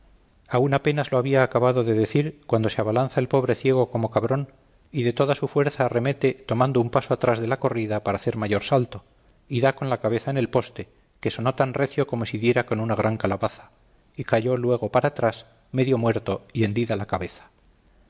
aun apenas lo había acabado de decir cuando se abalanza el pobre ciego como cabrón y de toda su fuerza arremete tomando un paso atrás de la corrida para hacer mayor salto y da con la cabeza en el poste que sonó tan recio como si diera con una gran calabaza y cayó luego para atrás medio muerto y hendida la cabeza